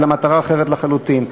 אלא המטרה אחרת לחלוטין.